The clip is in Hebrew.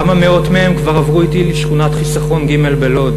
כמה מאות מהם כבר עברו אתי לשכונת חיסכון ג' בלוד